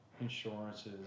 insurances